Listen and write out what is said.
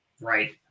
Right